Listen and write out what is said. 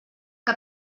que